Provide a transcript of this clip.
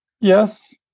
Yes